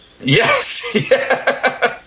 Yes